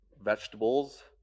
vegetables